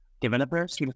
developers